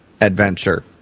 adventure